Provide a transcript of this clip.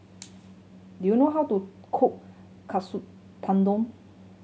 do you know how to cook Katsu Tendon